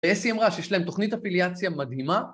ואסתי אמרה שיש להם תוכנית אפיליאציה מדהימה